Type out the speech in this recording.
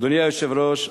אדוני היושב-ראש,